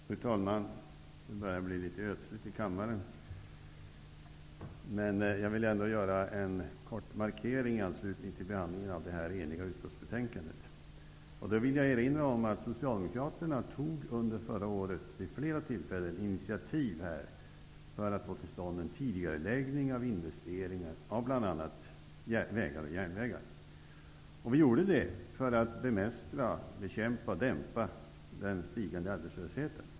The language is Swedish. Fru talman! Det börjar bli litet ödsligt i kammaren, men jag vill ändå göra en kort markering i anslutning till behandlingen av det här eniga utskottsbetänkandet. Jag vill erinra om att Socialdemokraterna under förra året vid flera tillfällen tog initiativ för att få till stånd en tidigareläggning av investeringar av bl.a. vägar och järnvägar. Vi gjorde det för att bemästra, bekämpa och dämpa den stigande arbetslösheten.